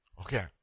Okay